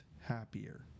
happier